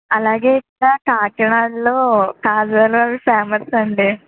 అలాగే ఇక్కడ కాకినాడలో కాజాలు అవి ఫేమస్ అండి